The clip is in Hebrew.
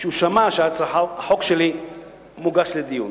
כשהוא שמע שהצעת החוק שלי מוגשת לדיון.